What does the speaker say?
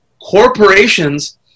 corporations